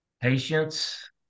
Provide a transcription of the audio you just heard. patience